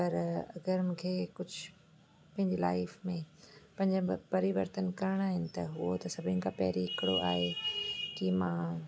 पर अगरि मूंखे कुझु पंहिंजी लाइफ़ में पंज प परिवर्तन करणा आहिनि त हूअं त सभिनी खां पहिरीं हिकिड़ो आहे की मां